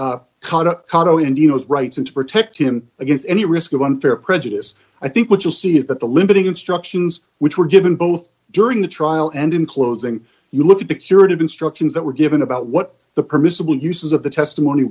know rights and to protect him against any risk of unfair prejudice i think what you'll see is that the limiting instructions which were given both during the trial and in closing you look at the curative instructions that were given about what the permissible uses of the testimony